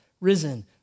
risen